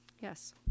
yes